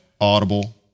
audible